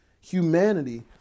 humanity